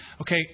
Okay